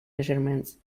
measurements